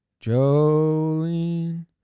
Jolene